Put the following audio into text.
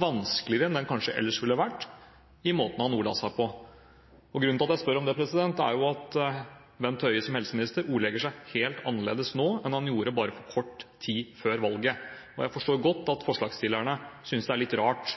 vanskeligere enn den kanskje ellers ville ha vært, med måten han ordla seg på? Grunnen til at jeg spør om det, er jo at Bent Høie som helseminister ordlegger seg helt annerledes nå enn han gjorde bare kort tid før valget, og jeg forstår godt at forslagsstillerne synes det er litt rart